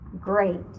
Great